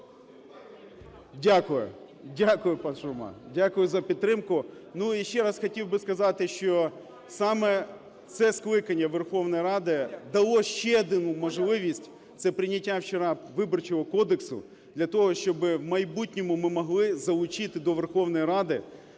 Дякую. Дякую, пане Шурма, дякую за підтримку. І ще раз хотів би сказати, що саме це скликання Верховної Ради дало ще одну можливість – це прийняття вчора Виборчого кодексу – для того, щоби в майбутньому ми могли залучити до Верховної Ради